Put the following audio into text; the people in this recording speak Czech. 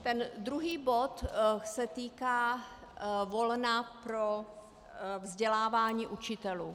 Ten druhý bod se týká volna pro vzdělávání učitelů.